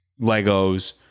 Legos